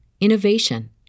innovation